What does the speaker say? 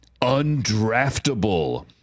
undraftable